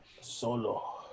Solo